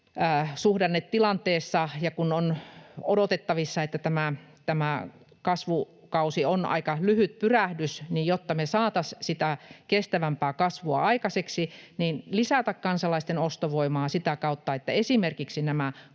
suhdannetilanteessa, kun on odotettavissa, että tämä kasvukausi on aika lyhyt pyrähdys, jotta me saataisiin sitä kestävämpää kasvua aikaiseksi, lisätä kansalaisten ostovoimaa sitä kautta, että esimerkiksi näitä